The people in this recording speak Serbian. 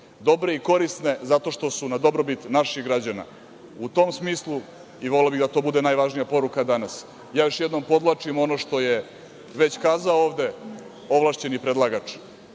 Dobre i korisne zato što su na dobrobit naših građana.U tom smislu i voleo bih da to bude najvažnija poruka danas, ja još jednom podvlačim ono što je već kazao ovde ovlašćeni predlagač,